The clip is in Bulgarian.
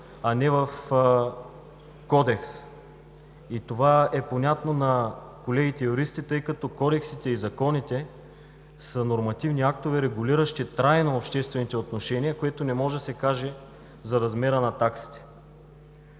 а не в кодекс. И това е понятно на колегите юристи, тъй като кодексите и законите са нормативни актове, регулиращи трайно обществените отношения, което не може да се каже за размера на таксите.